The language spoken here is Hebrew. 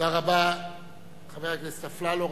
תודה רבה לחבר הכנסת אפללו.